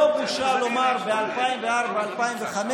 לא בושה לומר: ב-2004, 2005,